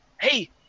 Hey